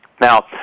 Now